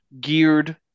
geared